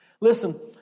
Listen